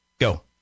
go